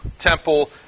temple